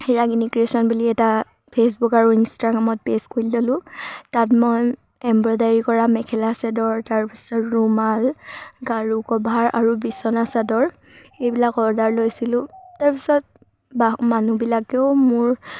ৰাগিনী creation বুলি এটা Facebook আৰু ইনষ্টাগ্ৰামত পেজ খুলি ল'লোঁ তাত মই এম্ব্ৰইডাৰী কৰা মেখেলা চাদৰ তাৰপিছত ৰুমাল গাৰু কভাৰ আৰু বিছনা চাদৰ এইবিলাক অৰ্ডাৰ লৈছিলোঁ তাৰপিছত বা মানুহবিলাকেও মোৰ